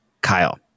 Kyle